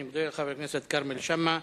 אני מודה לחבר הכנסת כרמל שאמה.